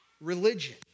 religion